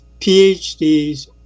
PhDs